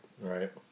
Right